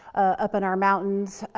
up in our mountains.